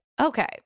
Okay